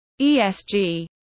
esg